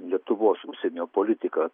lietuvos užsienio politika